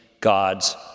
God's